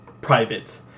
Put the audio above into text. private